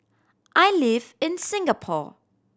I live in Singapore